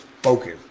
focus